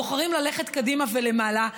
בוחרים ללכת קדימה ולמעלה,